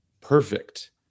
perfect